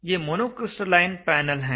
ये monocrystalline panel हैं